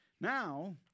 now